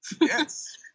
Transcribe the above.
Yes